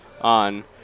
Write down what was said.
on